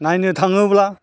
नायनो थाङोब्ला